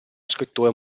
scrittore